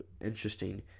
interesting